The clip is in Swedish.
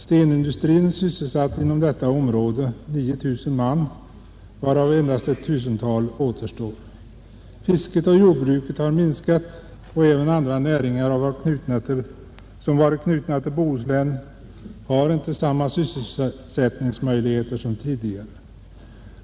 Stenindustrin sysselsatte inom detta område 9 000 man av vilka endast ett tusental återstår. Fisket och jordbruket har minskat, och inte heller andra näringar som varit knutna till Bohuslän kan erbjuda samma syssselsättningsmöjligheter som tidigare.